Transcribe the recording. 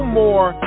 more